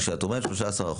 כשאת אומרת 13%,